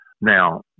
Now